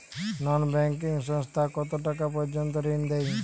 নন banking সংস্থা কতটাকা পর্যন্ত ঋণ দেয়?